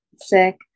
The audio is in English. sick